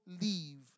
leave